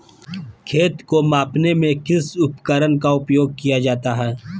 खेत को मापने में किस उपकरण का उपयोग किया जाता है?